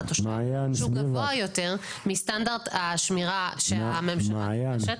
התשלומים שהוא גבוה יותר מסטנדרט השמירה שהממשלה נדרשת.